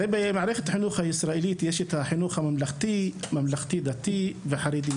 הרי במערכת החינוך הישראלית יש את החינוך הממלכתי דתי והחרדי.